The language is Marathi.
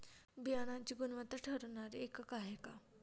बियाणांची गुणवत्ता ठरवणारे एकक आहे का?